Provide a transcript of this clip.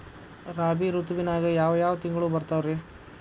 ರಾಬಿ ಋತುವಿನಾಗ ಯಾವ್ ಯಾವ್ ತಿಂಗಳು ಬರ್ತಾವ್ ರೇ?